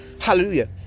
hallelujah